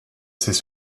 ses